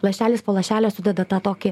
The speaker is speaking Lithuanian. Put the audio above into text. lašelis po lašelio sudeda tą tokį